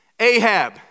Ahab